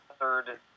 third